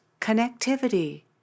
connectivity